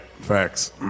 Facts